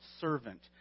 servant